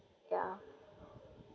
ya